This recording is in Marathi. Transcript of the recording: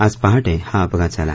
आज पहाटे हा अपघात झाला